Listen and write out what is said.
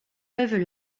peuvent